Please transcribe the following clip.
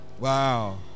Wow